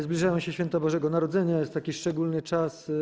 Zbliżają się święta Bożego Narodzenia, jest taki szczególny czas.